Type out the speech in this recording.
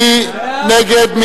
מי נגד?